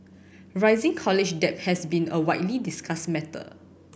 rising college debt has been a widely discussed matter